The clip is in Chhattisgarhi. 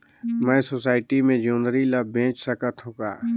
मैं सोसायटी मे जोंदरी ला बेच सकत हो का?